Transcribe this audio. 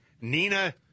Nina